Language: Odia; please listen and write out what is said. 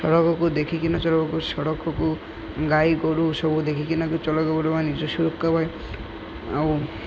ସଡ଼କକୁ ଦେଖିକିନା ଚଲାଇବାକୁ ସଡ଼କକୁ ଗାଈ ଗୋରୁ ସବୁ ଦେଖିକିନାକୁ ଚଲାଇବାକୁ ପଡ଼ିବ ନିଜ ସୁରକ୍ଷା ପାଇଁ ଆଉ